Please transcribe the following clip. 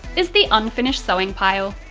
is the unfinished sewing pile!